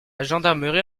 gendarmerie